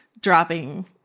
dropping